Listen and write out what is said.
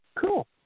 Cool